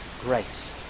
grace